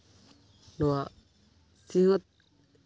ᱱᱚᱣᱟ ᱥᱤᱧᱚᱛ